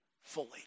fully